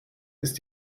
ist